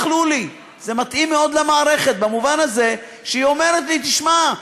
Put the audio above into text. אכלו לי"; זה מתאים מאוד למערכת במובן הזה שהיא אומרת לי: תשמע,